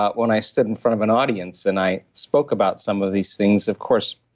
when i sit in front of an audience, and i spoke about some of these things, of course,